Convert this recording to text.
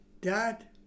dad